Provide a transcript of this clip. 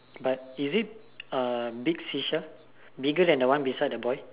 but is it uh big fisher bigger than the one beside the boy